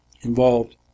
involved